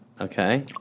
Okay